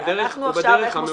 אנחנו עכשיו איך מוסיפים?